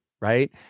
Right